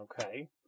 Okay